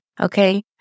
Okay